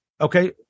Okay